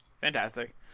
Fantastic